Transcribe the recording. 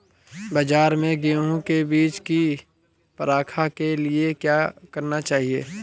बाज़ार में गेहूँ के बीज की परख के लिए क्या करना चाहिए?